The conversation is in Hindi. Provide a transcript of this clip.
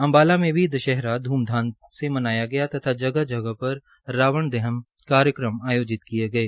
अम्बाला में दशहरा ध्मधाम से मनाया गया तथा जगह जगह पर रावण दहन कार्यक्रम आयोजित किये गये